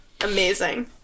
Amazing